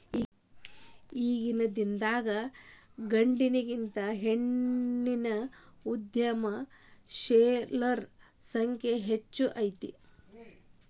ಈಗಿನ್ಕಾಲದಾಗ್ ಗಂಡ್ಮಕ್ಳಿಗಿಂತಾ ಹೆಣ್ಮಕ್ಳ ಉದ್ಯಮಶೇಲರ ಸಂಖ್ಯೆ ಹೆಚ್ಗಿ ಐತಿ